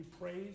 praise